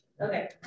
Okay